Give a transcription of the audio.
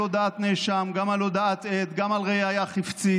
הודאת נאשם אלא גם על הודעת עד וגם על ראיה חפצית.